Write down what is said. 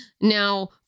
now